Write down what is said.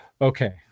Okay